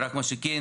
רק, מה שכן